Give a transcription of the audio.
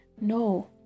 no